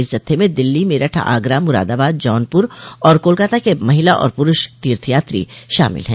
इस जत्थे में दिल्ली मेरठ आगरा मुरादाबाद जौनपुर और कोलाकाता के महिला और पुरूष तीर्थयात्री शामिल है